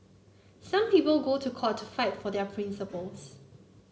some people go to court to fight for their principles